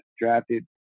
drafted